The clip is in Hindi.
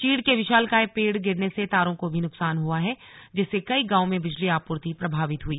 चीड़ के विशालकाय पेड़ गिरने से तारों को भी नुकसान हुआ है जिससे कई गांवों की बिजली आपूर्ति प्रभावित हुई